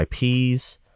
IPs